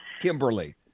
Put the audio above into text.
Kimberly